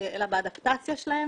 הטכנולוגיות, אלא באדפטציה שלהם